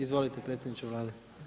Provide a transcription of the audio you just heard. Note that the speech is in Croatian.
Izvolite predsjedniče Vlade.